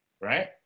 right